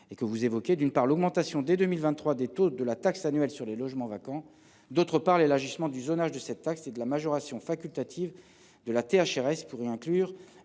du territoire : d’une part, l’augmentation dès 2023 des taux de la taxe annuelle sur les logements vacants (TLV) ; d’autre part, l’élargissement du zonage de cette taxe et la majoration facultative de la THRS pour y inclure